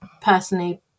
personally